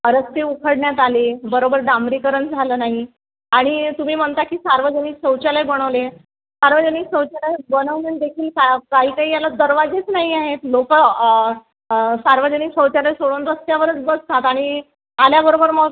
रस्ते उखडण्यात आले बरोबर डांबरीकरण झालं नाही आणि तुम्ही म्हणता की सार्वजनिक शौचालय बनवले सार्वजनिक शौचालय बनवून देखील का काही काही याला दरवाजेच नाही आहेत लोक सार्वजनिक शौचालय सोडून रस्त्यावरच बसतात आणि आल्याबरोबर मग